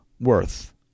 worth